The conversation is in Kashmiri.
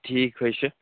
ٹھیٖک حظ چھُ